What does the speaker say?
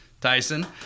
Tyson